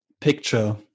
picture